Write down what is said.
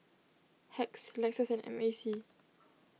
Hacks Lexus and M A C